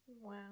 Wow